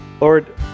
Lord